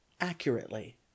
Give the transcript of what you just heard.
accurately